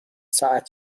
ساعت